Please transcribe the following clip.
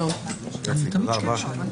תודה רבה,